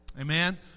Amen